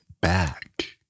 back